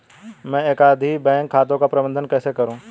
मैं एकाधिक बैंक खातों का प्रबंधन कैसे करूँ?